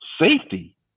safety